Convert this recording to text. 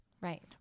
Right